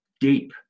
deep